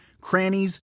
crannies